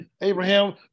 Abraham